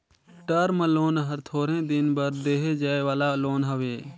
term loan हर थोरहें दिन बर देहे जाए वाला लोन हवे